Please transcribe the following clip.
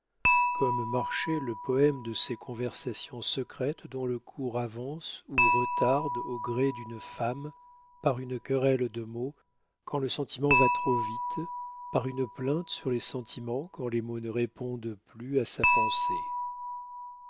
comme marchait le poème de ces conversations secrètes dont le cours avance ou retarde au gré d'une femme par une querelle de mots quand le sentiment va trop vite par une plainte sur les sentiments quand les mots ne répondent plus à sa pensée